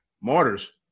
Martyrs